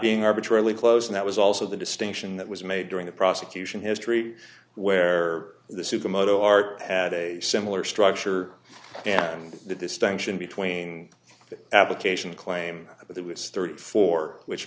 being arbitrarily close and that was also the distinction that was made during the prosecution history where the supermoto art had a similar structure and the distinction between application claim that it was thirty four